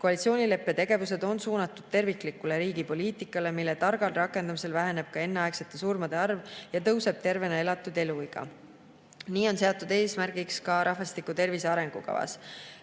Koalitsioonileppe tegevused on suunatud terviklikule riigipoliitikale, mille targal rakendamisel väheneb ka enneaegsete surmade arv ja [pikeneb] tervena elatud eluiga. Nii on seatud eesmärk ka rahvastiku tervise arengukavas.